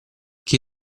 chi